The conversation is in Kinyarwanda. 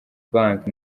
bank